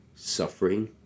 suffering